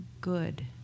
good